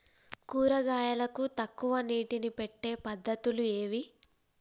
కూరగాయలకు తక్కువ నీటిని పెట్టే పద్దతులు ఏవి?